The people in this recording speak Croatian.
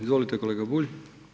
Izvolite kolega Bulj.